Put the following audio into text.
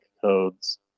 codes